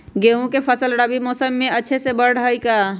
गेंहू के फ़सल रबी मौसम में अच्छे से बढ़ हई का?